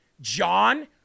John